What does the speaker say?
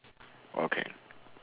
okay